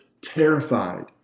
terrified